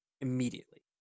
Immediately